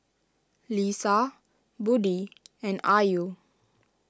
Lisa Budi and Ayu